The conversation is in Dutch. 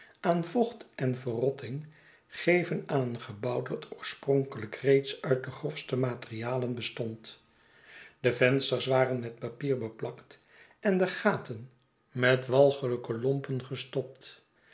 aan vocht en verrotting geven aan een gebouw dat oorspronkelijk reeds uit de grofste materialen bestond de vensters waren met papier beplakt en de gaten met walgelijke lompen gestopt